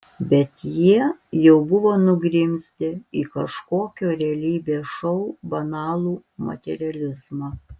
bet jie jau buvo nugrimzdę į kažkokio realybės šou banalų materializmą